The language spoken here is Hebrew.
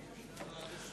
הוא, זה לא טוב.